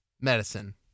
medicine